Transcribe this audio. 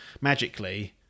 magically